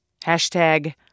Hashtag